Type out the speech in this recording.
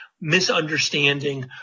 misunderstanding